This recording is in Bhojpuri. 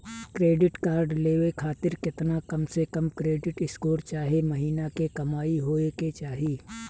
क्रेडिट कार्ड लेवे खातिर केतना कम से कम क्रेडिट स्कोर चाहे महीना के कमाई होए के चाही?